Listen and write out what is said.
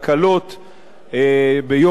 ביוקר המחיה,